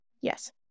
Yes